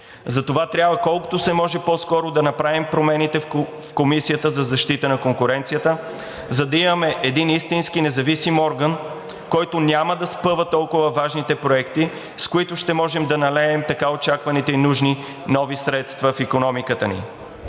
Затова трябва колкото се може по-скоро да направим промените в Комисията за защита на конкуренцията, за да имаме един истински независим орган, който няма да спъва толкова важните проекти, с които ще можем да налеем така очакваните и нужни нови средства в икономиката ни.